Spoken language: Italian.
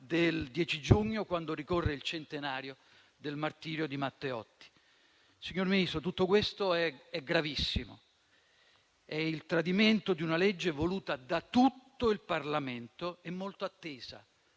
del 10 giugno, quando ricorre il centenario del martirio di Matteotti. Signor Ministro, tutto questo è gravissimo, è il tradimento di una legge voluta da tutto il Parlamento e molto attesa